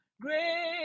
great